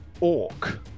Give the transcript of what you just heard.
orc